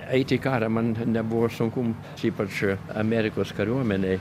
eiti į karą man nebuvo sunkumų ypač amerikos kariuomenėj